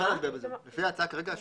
זאת ההצעה כרגע.